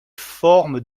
formes